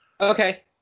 Okay